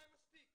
די, מספיק.